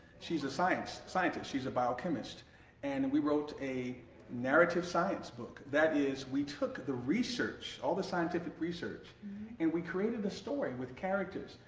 she's a scientist, she's a biochemist and we wrote a narrative science book, that is we took the research, all the scientific research and we created a story with characters,